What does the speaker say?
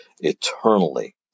eternally